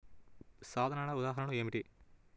సాధనాల ఉదాహరణలు ఏమిటీ?